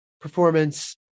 performance